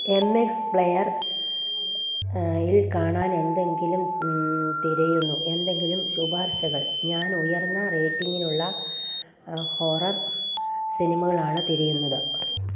M X player ഇല് കാണാൻ എന്തെങ്കിലും തിരയുന്നു എന്തെങ്കിലും ശുപാർശകൾ ഞാൻ ഉയർന്ന റേറ്റിങ്ങിനുള്ള ഹൊറർ സിനിമകളാണ് തിരയുന്നത്